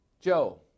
Joe